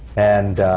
and